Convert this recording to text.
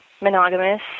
monogamous